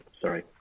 Sorry